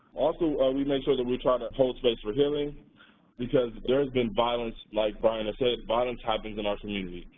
also, we make sure that we try to hold space for healing because there has been violence like brian had said violence happens in our community.